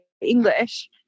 English